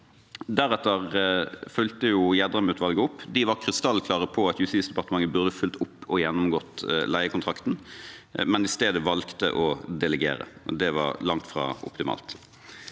Deretter fulgte Gjedrem-utvalget opp. De var krystallklare på at Justisdepartementet burde fulgt opp og gjennomgått leiekontrakten, men i stedet valgte å delegere. Det var langt fra optimalt.